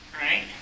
right